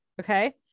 Okay